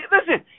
Listen